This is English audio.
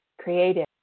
creative